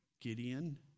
Gideon